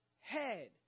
head